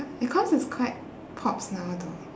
because it's quite pops now though